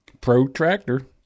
Protractor